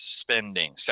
spending